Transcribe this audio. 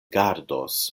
gardos